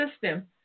system